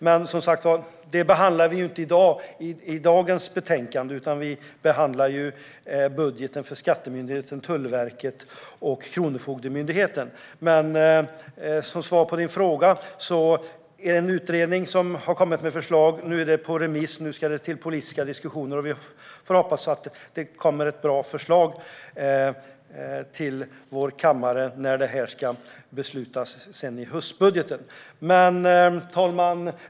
Men det är som sagt inte detta vi behandlar i dagens betänkande, utan vi behandlar budgeten för Skattemyndigheten, Tullverket och Kronofogdemyndigheten. För att svara på frågan har utredningen kommit med ett förslag, som nu är ute på remiss. Nu ska det bli politiska diskussioner, och vi får hoppas att det kommer ett bra förslag till vår kammare när detta sedan ska beslutas i höstbudgeten. Herr talman!